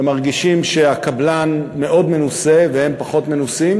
הם מרגישים שהקבלן מאוד מנוסה והם פחות מנוסים,